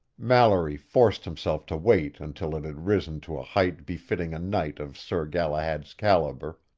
mallory forced himself to wait until it had risen to a height befitting a knight of sir galahad's caliber,